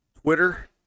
Twitter